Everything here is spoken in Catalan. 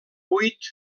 vuit